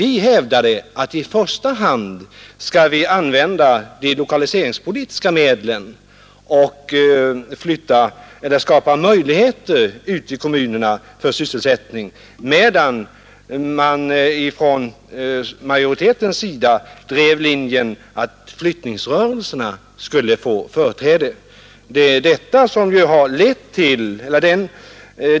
Vi hävdade att i första hand skall man använda de lokaliseringspolitiska medlen och skapa möjligheter ute i kommunerna för sysselsättning, medan man från majoritetens sida drev linjen att flyttningsrörelserna skulle få företräde.